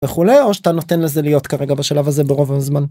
וכולי או שאתה נותן לזה להיות כרגע בשלב הזה ברוב הזמן.